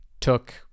took